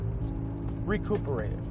recuperate